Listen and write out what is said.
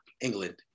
england